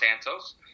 Santos